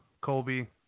Colby